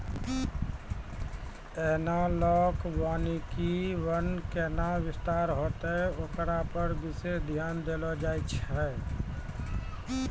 एनालाँक वानिकी वन कैना विस्तार होतै होकरा पर विशेष ध्यान देलो जाय छै